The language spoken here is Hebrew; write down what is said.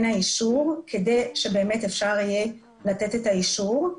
האישור כדי שבאמת אפשר יהיה לתת את האישור.